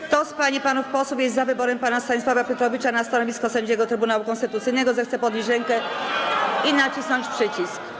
Kto z pań i panów posłów jest za wyborem pana Stanisława Piotrowicza na stanowisko sędziego Trybunału Konstytucyjnego, zechce podnieść rękę i nacisnąć przycisk.